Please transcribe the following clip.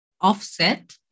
offset